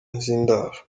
z’indaro